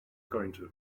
kończy